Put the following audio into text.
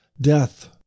death